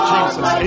Jesus